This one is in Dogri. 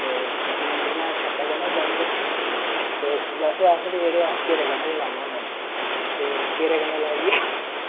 ते केईं इं'या छ्ट्टे कन्नै बी राही ओड़दे न ते बैसे अस जेह्ड़े केरे कन्नै गै लान्ने होन्ने न ते केरे कन्नै लाइयै